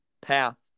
path